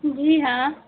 جی ہاں